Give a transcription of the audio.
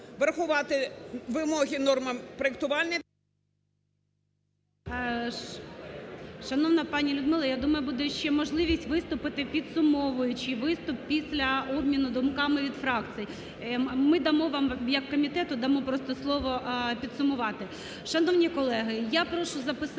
Врахувати вимоги норм проектування… 11:32:31 ГОЛОВУЮЧИЙ. Шановна пані Людмила, я думаю, буде ще можливість виступити, підсумовуючи виступ, після обміну думками від фракцій. Ми дамо вам як комітету дамо просто слово підсумувати. Шановні колеги, я прошу записатися